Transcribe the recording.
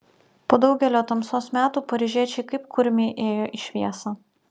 po daugelio tamsos metų paryžiečiai kaip kurmiai ėjo į šviesą